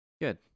Good